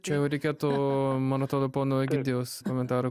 čia jau reikėtų man atrodo pono egidijaus komentarų